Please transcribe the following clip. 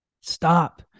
stop